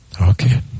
Okay